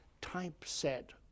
typeset